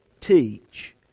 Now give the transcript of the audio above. teach